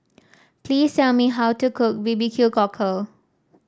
please tell me how to cook B B Q Cockle